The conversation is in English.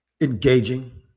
engaging